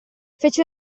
fece